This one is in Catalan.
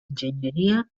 enginyeria